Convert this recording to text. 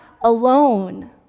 alone